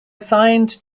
assigned